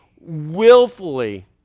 willfully